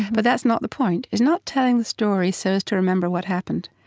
but that's not the point. it's not telling the story so as to remember what happened.